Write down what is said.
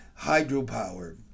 hydropower